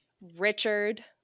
Richard